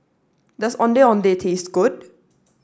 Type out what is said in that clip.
does Ondeh Ondeh taste good